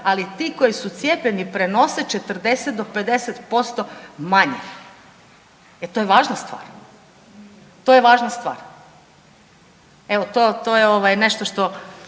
ali ti koji su cijepljeni prenose 40 do 50% manje. E to je važna stvar. Evo to je nešto što,